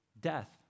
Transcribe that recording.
Death